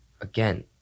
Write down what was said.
again